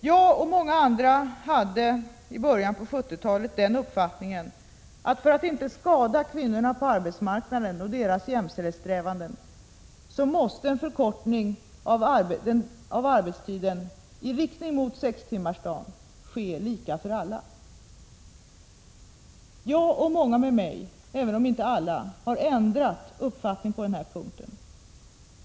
Jag och många andra hade i början av 70-talet den uppfattningen att en förkortning av arbetstiden i riktning mot sextimmarsdagen måste ske lika för alla för att inte skada kvinnorna på arbetsmarknaden och deras jämställdhetssträvanden. Många av oss — dit hör jag själv men kanske inte alla — har ändrat uppfattning på den punkten.